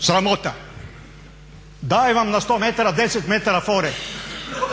Sramota! Dajem vam na 100 metara 10 metara fore